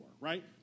right